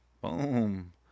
Boom